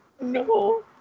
no